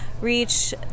reach